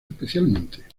especialmente